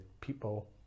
people